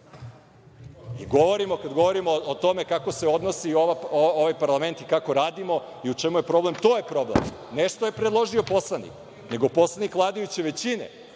u opoziciji. Kad govorimo o tome kako se odnosi ovaj parlament i kako radimo i u čemu je problem to je problem, ne što je predložio poslanik, nego poslanik vladajuće većine,